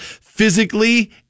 physically